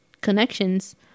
connections